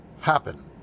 happen